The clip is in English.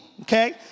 okay